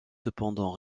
cependant